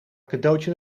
cadeautje